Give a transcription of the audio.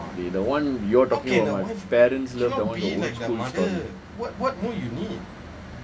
eh the one you're talking parents love that one is